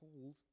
called